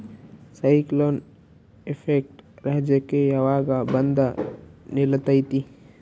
Cyclone effect ರಾಜ್ಯಕ್ಕೆ ಯಾವಾಗ ಬಂದ ನಿಲ್ಲತೈತಿ?